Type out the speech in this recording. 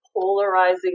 polarizing